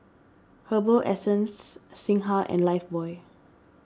Herbal Essence Singha and Lifebuoy